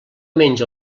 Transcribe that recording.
menja